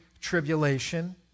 tribulation